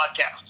podcast